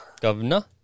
Governor